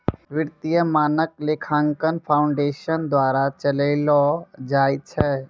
वित्तीय मानक लेखांकन फाउंडेशन द्वारा चलैलो जाय छै